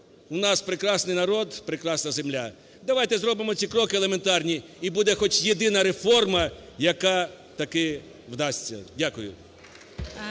У нас прекрасний народ, прекрасна земля, давайте зробимо ці кроки елементарні буде хоч єдина реформа, яка таки вдасться. Дякую.